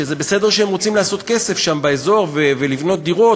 שזה בסדר שהם רוצים לעשות כסף שם באזור ולבנות דירות,